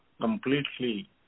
completely